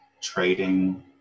trading